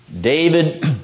David